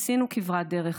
עשינו כברת דרך,